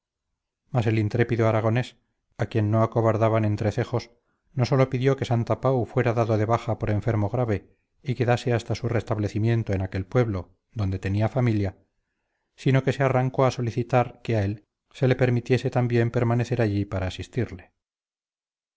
mas el intrépido aragonés a quien no acobardaban entrecejos no sólo pidió que santapau fuera dado de baja por enfermo grave y quedase hasta su restablecimiento en aquel pueblo donde tenía familia sino que se arrancó a solicitar que a él se le permitiese también permanecer allí para asistirle